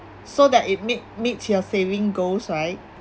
so that it meet meets your saving goals right